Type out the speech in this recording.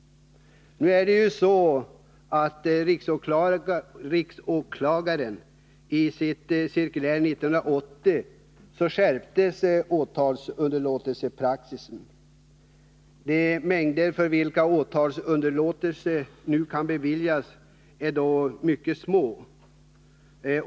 Nu är det ju så att riksåklagaren i cirkulär 1980 skärpte praxis för åtalsunderlåtelse. De mängder narkotika för vilka åtalsunderlåtelse kan beviljas är då mycket små.